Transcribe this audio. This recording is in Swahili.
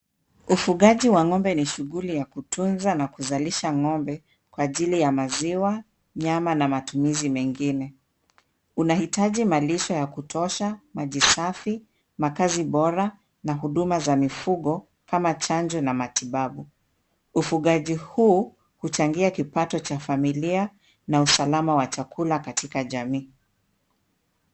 Ufugaji wa ng'ombe ni shughuli ya kutunza na kuzalisha ng'ombe kwa ajili ya maziwa, nyama, na matumizi mengine. Unahitaji malisho ya kutosha, maji safi, makazi bora, na huduma za mifugo kama chanjo na matibabu. Ufugaji huu huchangia kipato cha familia na usalama wa chakula katika jamii.